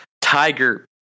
Tiger